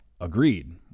Agreed